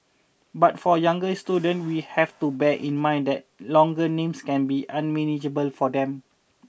but for younger students we have to bear in mind that longer names can be unmanageable for them